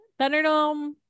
Thunderdome